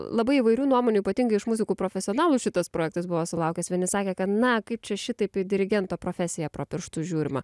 labai įvairių nuomonių ypatingai iš muzikų profesionalų šitas projektas buvo sulaukęs vieni sakė kad na kaip čia šitaip dirigento profesija pro pirštus žiūrima